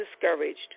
discouraged